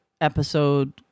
episode